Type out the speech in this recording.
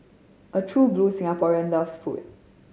a true blue Singaporean loves food